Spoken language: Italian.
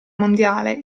mondiale